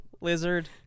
lizard